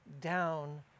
down